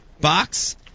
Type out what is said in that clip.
box